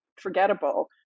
forgettable